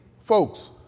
Folks